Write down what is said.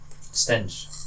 stench